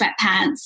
sweatpants